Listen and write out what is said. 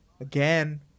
again